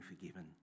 forgiven